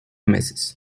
meses